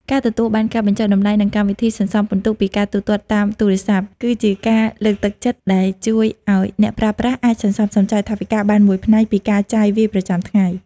ការទទួលបានការបញ្ចុះតម្លៃ និងកម្មវិធីសន្សំពិន្ទុពីការទូទាត់តាមទូរស័ព្ទ គឺជាការលើកទឹកចិត្តដែលជួយឱ្យអ្នកប្រើប្រាស់អាចសន្សំសំចៃថវិកាបានមួយផ្នែកពីការចាយវាយប្រចាំថ្ងៃ។